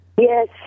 Yes